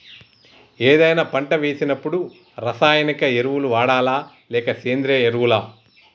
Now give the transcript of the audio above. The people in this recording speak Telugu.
ఏదైనా పంట వేసినప్పుడు రసాయనిక ఎరువులు వాడాలా? లేక సేంద్రీయ ఎరవులా?